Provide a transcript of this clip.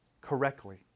correctly